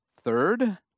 Third